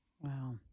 Wow